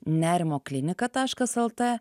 nerimo klinika taškas lt